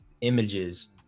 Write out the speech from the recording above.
images